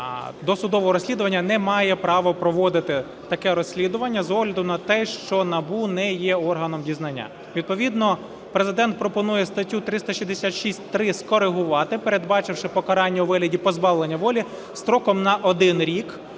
досудового розслідування не має права проводити таке розслідування з огляду на те, що НАБУ не є органом дізнання. Відповідно Президент пропонує статтю 366-3 скорегувати, передбачивши покарання у вигляді позбавлення волі строком на 1 рік,